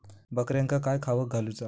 बकऱ्यांका काय खावक घालूचा?